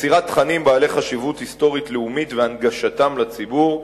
לאצירת תכנים בעלי חשיבות היסטורית לאומית והנגשתם לציבור,